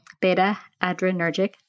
Beta-adrenergic